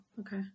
Okay